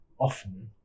often